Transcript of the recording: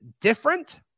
different